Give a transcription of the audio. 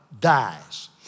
dies